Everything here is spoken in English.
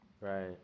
Right